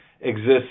exists